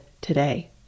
today